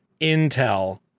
intel